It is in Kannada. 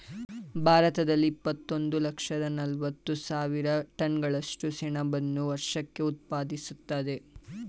ಭಾರತದಲ್ಲಿ ಇಪ್ಪತ್ತೊಂದು ಲಕ್ಷದ ನಲವತ್ತು ಸಾವಿರ ಟನ್ಗಳಷ್ಟು ಸೆಣಬನ್ನು ವರ್ಷಕ್ಕೆ ಉತ್ಪಾದಿಸ್ತದೆ